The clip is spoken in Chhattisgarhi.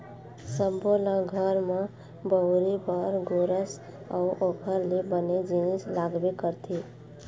सब्बो ल घर म बउरे बर गोरस अउ ओखर ले बने जिनिस लागबे करथे